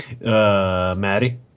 maddie